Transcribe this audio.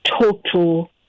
total